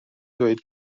dweud